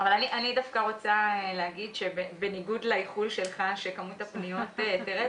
אני דווקא רוצה לומר שבניגוד לאיחול שלך שכמות הפניות תרד,